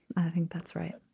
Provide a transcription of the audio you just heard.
i think that's right